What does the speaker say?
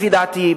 לפי דעתי,